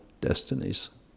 destinies